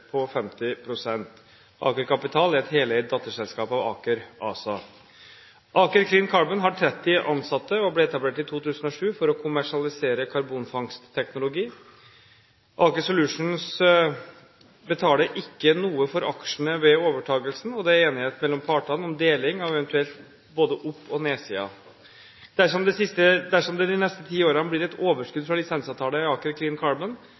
på 50 pst. Aker Capital er et heleid datterselskap av Aker ASA. Aker Clean Carbon har 30 ansatte og ble etablert i 2007 for å kommersialisere karbonfangstteknologi. Aker Solutions betaler ikke noe for aksjene ved overtakelsen, og det er enighet mellom partene om deling av både eventuelle opp- og nedsider. Dersom det de neste ti årene blir et overskudd fra lisensavtaler i Aker Clean Carbon,